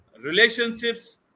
relationships